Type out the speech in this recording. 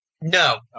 No